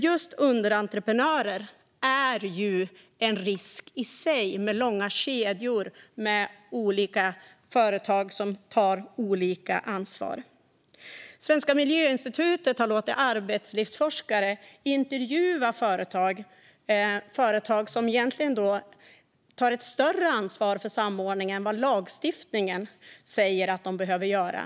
Just underentreprenörer utgör ju en risk i sig med långa kedjor av olika företag som tar olika ansvar. Svenska Miljöinstitutet har låtit arbetslivsforskare intervjua företag som egentligen tar ett större ansvar för samordningen än vad lagstiftningen säger att de behöver göra.